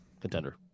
contender